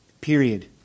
Period